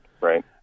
Right